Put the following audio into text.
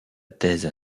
thèse